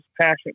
passion